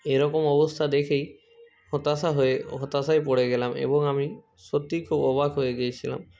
এরকম অবস্থা দেখেই হতাশা হয়ে হতাশায় পড়ে গেলাম এবং আমি সত্যিই খুব অবাক হয়ে গিয়েছিলাম